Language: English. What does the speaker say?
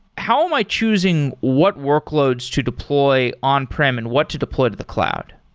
how am i choosing what workloads to deploy on-prem and what to deploy to the cloud?